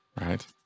Right